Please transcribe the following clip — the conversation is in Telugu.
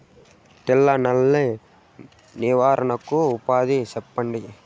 తెల్ల నల్లి నివారణకు ఉపాయం చెప్పండి?